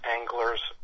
Angler's